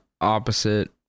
opposite